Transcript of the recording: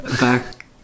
Back